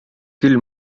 küll